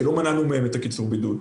כי לא מנענו מהם את קיצור הבידוד.